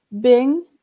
Bing